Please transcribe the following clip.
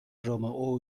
رومئو